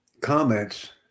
comments